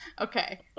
okay